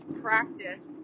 practice